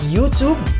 YouTube